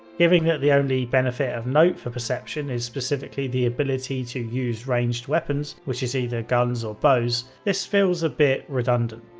given that the only benefit of note for perception is specifically the ability to use ranged weapons, which is either guns or bows, this feels a bit redundant.